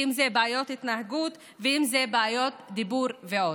אם זה בעיות התנהגות ואם זה בעיות דיבור ועוד.